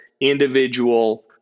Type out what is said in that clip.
individual